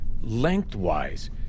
lengthwise